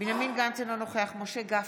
בנימין גנץ, אינו נוכח משה גפני,